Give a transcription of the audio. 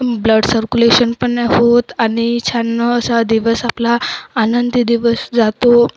blood circulation पण नाही होत आणि छान असा दिवस आपला आनंदी दिवस जातो